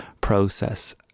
process